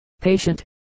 patient